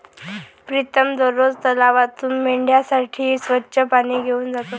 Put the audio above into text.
प्रीतम दररोज तलावातून मेंढ्यांसाठी स्वच्छ पाणी घेऊन जातो